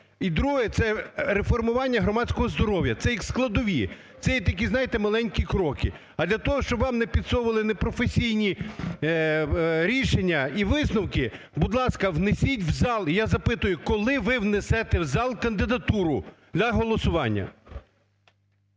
І друге, це реформування громадського здоров'я. Це як складові. Це є такі, знаєте, маленькі кроки. А для того, щоб вам не підсовували непрофесійні рішення і висновки, будь ласка, внесіть в зал. І я запитую, коли ви внесете в зал кандидатуру для голосування.